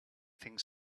things